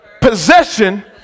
possession